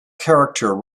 character